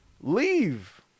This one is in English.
leave